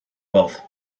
wealth